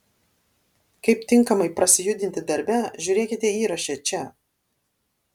kaip tinkamai prasijudinti darbe žiūrėkite įraše čia